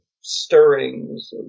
stirrings